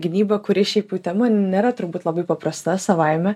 gynybą kuri šiaip jau tema nėra turbūt labai paprasta savaime